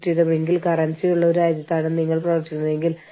immigration എന്നത് ബാഗും ലഗേജുമായി മറ്റൊരു രാജ്യത്തേക്കുള്ള നീക്കമാണ്